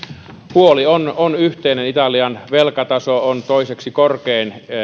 huoli on on yhteinen italian velkataso on toiseksi korkein